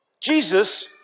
Jesus